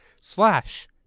slash